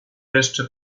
jeszcze